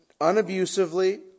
unabusively